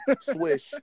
swish